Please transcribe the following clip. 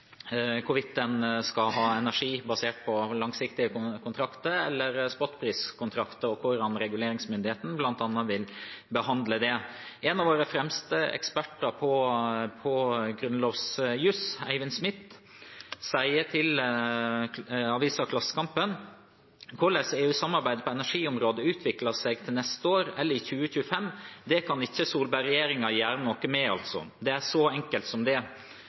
En av våre fremste eksperter på grunnlovsjus, Eivind Smith, sier til avisen Klassekampen: «Korleis EU-samarbeidet på energiområdet utviklar seg til neste år eller i 2025, det kan ikkje Solberg-regjeringa gjere noko med, altså. Det er så enkelt som det.»